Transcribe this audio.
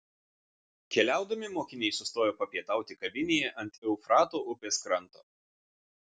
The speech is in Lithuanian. keliaudami mokiniai sustojo papietauti kavinėje ant eufrato upės kranto